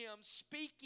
speaking